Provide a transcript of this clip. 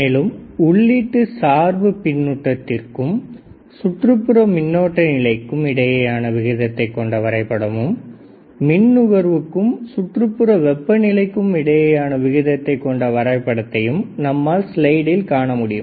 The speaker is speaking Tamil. மேலும் உள்ளீட்டு சார்பு மின்னோட்டத்திற்கும் சுற்றுப்புற மின்னோட்ட நிலைக்கும்இடையேயான விகிதத்தை கொண்ட வரைபடமும் மின் நுகர்வுக்கும் சுற்றுப்புற வெப்பநிலைக்கும் இடையேயான விகிதத்தை கொண்ட வரைபடத்தையும் நம்மால் ஸ்லைடில் காணமுடியும்